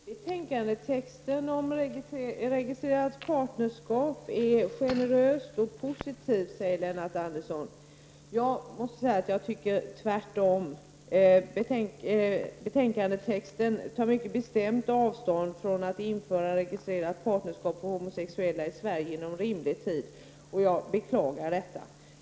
Fru talman! Skrivningen i betänkandet om registrerat partnerskap är generös och positiv, säger Lennart Andersson. Jag måste säga att jag tycker att det är tvärtom. Skrivningen i betänkandet tar mycket bestämt avstånd från att införa registrerat partnerskap för homosexuella i Sverige inom rimlig tid. Jag beklagar detta.